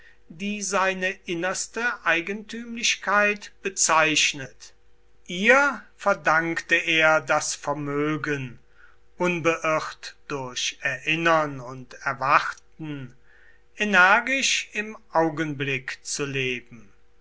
die seine innerste eigentümlichkeit bezeichnet ihr verdankte er das vermögen unbeirrt durch erinnern und erwarten energisch im augenblick zu leben